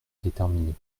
déterminée